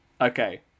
Okay